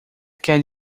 quer